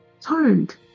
turned